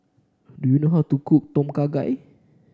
do you know how to cook Tom Kha Gai